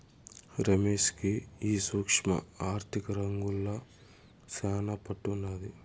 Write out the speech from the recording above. రమేష్ కి ఈ సూక్ష్మ ఆర్థిక రంగంల శానా పట్టుండాది